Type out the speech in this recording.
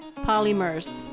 Polymers